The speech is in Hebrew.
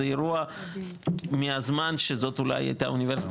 זה אירוע מהזמן שאולי זאת הייתה האוניברסיטה